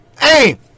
hey